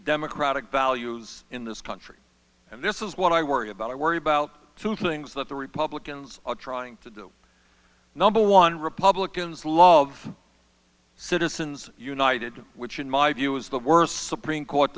democratic values in this country and this is what i worry about i worry about two things that the republicans are trying to do number one republicans love citizens united which in my view is the worst supreme court